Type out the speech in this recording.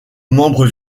membre